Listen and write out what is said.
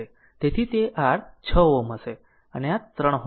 તેથી તે r 6 Ω હશે અને આ 3 Ω હશે